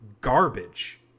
garbage